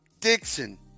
Dixon